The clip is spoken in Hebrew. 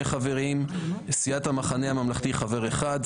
חברים; סיעת המחנה הממלכתי חבר אחד,